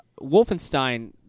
Wolfenstein